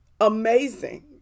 amazing